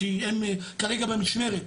כי הם כרגע במשמרת.